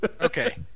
okay